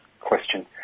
question